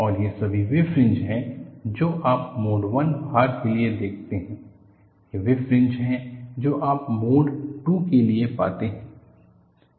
और ये सभी वे फ्रिंज हैं जो आप मोड 1 भार के लिए देखते हैं ये वे फ्रिंज हैं जो आप मोड 2 के लिए पाते हैं